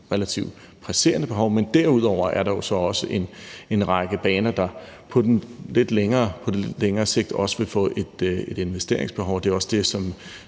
relativt presserende behov. Men derudover er der jo så også en række baner, der på lidt længere sigt også vil få et investeringsbehov. Det er også det, som